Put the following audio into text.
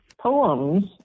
poems